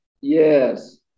yes